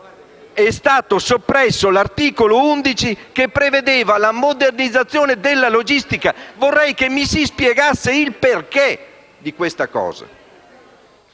è stato soppresso l'articolo che prevede la modernizzazione della logistica. Vorrei mi si spiegasse il perché di questa